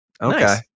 Okay